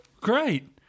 Great